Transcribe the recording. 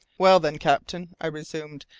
well, then, captain, i resumed,